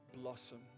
blossom